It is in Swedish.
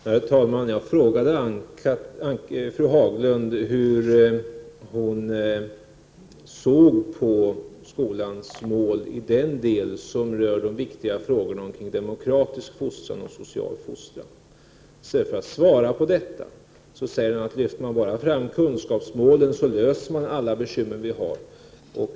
Herr talman! Jag frågade fru Haglund hur hon såg på skolans mål i den del som rör de viktiga frågorna om demokratisk fostran och social fostran. I stället för att svara på detta säger hon att bara man lyfter fram kunskapsmålet löser man alla bekymmer vi har.